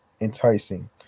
enticing